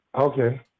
Okay